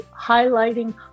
highlighting